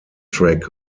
trek